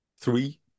three